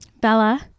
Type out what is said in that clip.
Bella